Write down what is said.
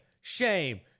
shame